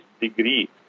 degree